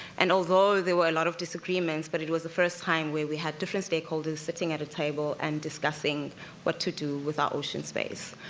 and although there were a lot of disagreements, but it was the first time where we had different stakeholders sitting at a table, and discussing what to do with our ocean space,